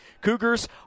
Cougars